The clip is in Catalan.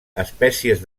espècies